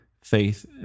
faith